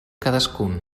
cadascun